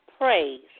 praise